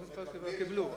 הם קיבלו,